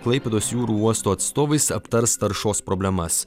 klaipėdos jūrų uosto atstovais aptars taršos problemas